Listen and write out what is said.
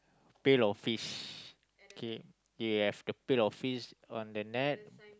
pail of fish you have the pail of fish on the net